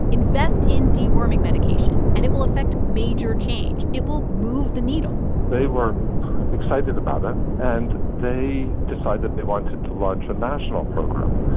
invest in deworming medication, and it will effect major change. it will move the needle they were excited about it, and they decided they wanted to launch a national program.